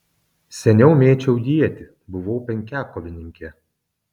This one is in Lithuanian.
seniau mėčiau ietį buvau penkiakovininkė